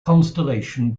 constellation